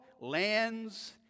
lands